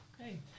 Okay